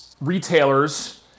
retailers